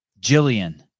Jillian